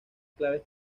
claves